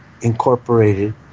Incorporated